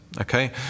Okay